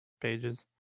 pages